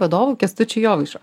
vadovu kęstučiu jovaišu